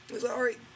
Sorry